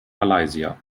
malaysia